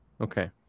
Okay